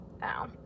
now